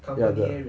对 ah 对 ah